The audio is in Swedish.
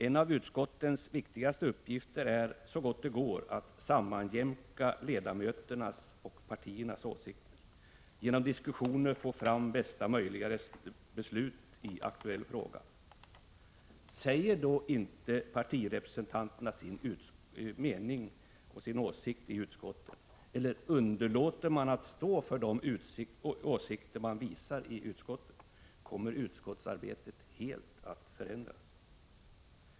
En av utskottens viktigaste uppgifter är att så gott det går sammanjämka ledamöternas och partiernas åsikter och genom diskussioner få till stånd bästa möjliga beslut i aktuell fråga. Säger då inte partirepresentanterna sin mening i utskottet, eller underlåter de att stå för de åsikter de har visat i utskottet, kommer utskottsarbetet att helt förändras.